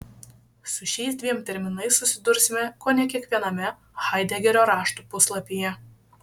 su šiais dviem terminais susidursime kone kiekviename haidegerio raštų puslapyje